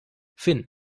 finn